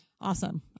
Awesome